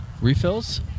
refills